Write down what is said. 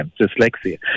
dyslexia